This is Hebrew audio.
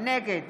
נגד